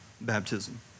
baptism